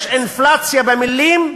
יש אינפלציה במילים,